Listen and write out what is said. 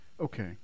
Okay